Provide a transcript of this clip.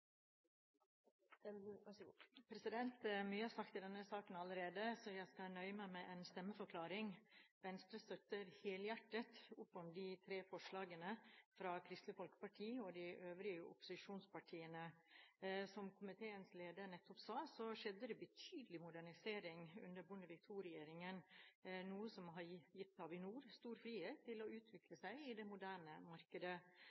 eg håpar at statsråden kjem hurtig med endringar til Stortinget. Mye er sagt i denne saken allerede, så jeg skal nøye meg med en stemmeforklaring. Venstre støtter helhjertet opp om de tre forslagene fra Kristelig Folkeparti og de øvrige opposisjonspartiene. Som komiteens leder nettopp sa, skjedde det en betydelig modernisering under Bondevik II-regjeringen, noe som har gitt Avinor stor frihet til å utvikle seg i det moderne markedet.